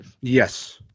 Yes